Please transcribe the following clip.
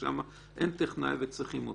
ששם אין טכנאי וצריכים אותו.